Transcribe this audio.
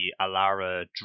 Alara